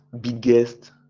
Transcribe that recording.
Biggest